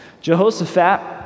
Jehoshaphat